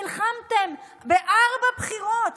נלחמתם בארבע בחירות